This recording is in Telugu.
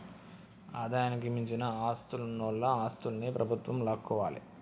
ఆదాయానికి మించిన ఆస్తులున్నోల ఆస్తుల్ని ప్రభుత్వం లాక్కోవాలే